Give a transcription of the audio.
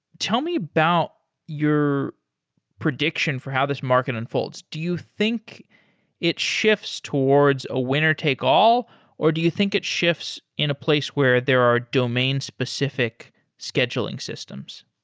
tell me about your prediction for how this market unfolds. do you think it shifts towards a winner-take-all or do you think it shifts in a place where there are domain-specific scheduling systems?